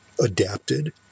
adapted